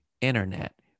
internet